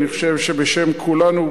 ואני חושב שבשם כולנו,